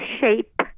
shape